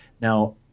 Now